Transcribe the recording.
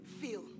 feel